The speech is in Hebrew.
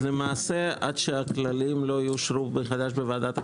אז למעשה עד שהכללים לא יאושרו מחדש בוועדת הכלכלה,